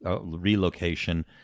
relocation